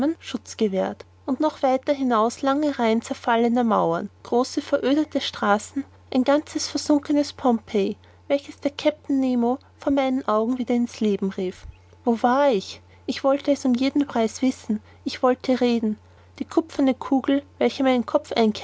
schutz gewährt noch weiter hinaus lange reihen zerfallener mauern große verödete straßen ein ganzes versunkenes pompeji welches der kapitän nemo vor meinen augen wieder in's leben rief wo war ich ich wollte es um jeden preis wissen ich wollte reden die kupferne kugel welche meinen kopf